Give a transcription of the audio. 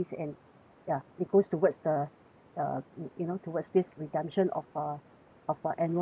ya it goes towards the uh you you know towards this redemption of a of a annual fees